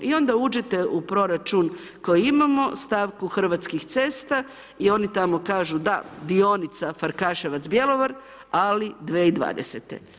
I onda uđete u proračun koji imamo, stavku Hrvatskih cesta i oni tamo kažu da, dionica Farkaševac – Bjelovar ali 2020.